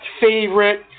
favorite